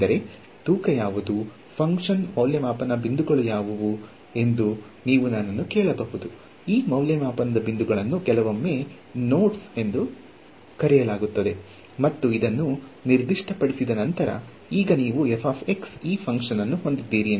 ಕೆಲವು ಪ್ರತ್ಯೇಕ ಹಂತಗಳಲ್ಲಿ ಫಂಕ್ಷನ್ ನ ಮೌಲ್ಯವನ್ನು ತಿಳಿದುಕೊಳ್ಳುವುದರಿಂದ ನಾನು ಅವಿಭಾಜ್ಯವನ್ನು ಅಂದಾಜು ಮಾಡಲು ಸಮರ್ಥನಾಗಿದ್ದೇನೆ ಅದಕ್ಕಾಗಿಯೇ ಕ್ವಾಡ್ರೇಚರ್ ನಿಯಮ ಎಂದು ಕರೆಯಲ್ಪಡುತ್ತದೆ ನೀವು ಅದನ್ನು ಒಮ್ಮೆ ಮಾಡಲು ಉಪಯುಕ್ತವಾಗಿದೆ ಕೆಲವು ಪರಿಸ್ಥಿತಿಗಳಲ್ಲಿ ನೀವು ಅದನ್ನು ಯಾವುದೇ ಸಂಖ್ಯೆಯ ಫಂಕ್ಷನ್ ಗಳಿಗೆ ಬಳಸಬಹುದು